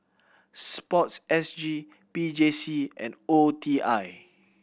Sport S G P J C and O E T I